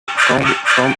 from